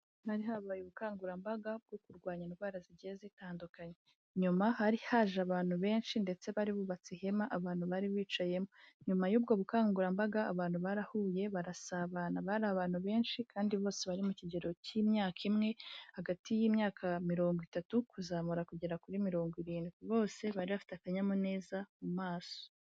Hari habaye ubukangurambaga bwo kurwanya indwara zigiye zitandukanye nyuma hari haje abantu benshi ndetse bari bubatse ihema abantu bari bicayemo, nyuma y'ubwo bukangurambaga abantu barahuye barasabana bari abantu benshi kandi bose bari mu kigero cy'imyaka imwe hagati y'imyaka mirongo itatu kuzamura kugera kuri mirongo irindwi, bose bari bafite akanyamuneza mu maso.